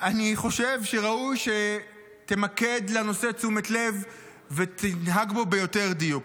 אני חושב שראוי שתמקד בנושא תשומת לב ותתנהג בו ביותר דיוק.